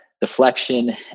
deflection